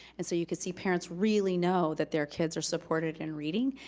and so you can see parents really know that their kids are supported in reading,